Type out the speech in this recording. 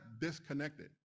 disconnected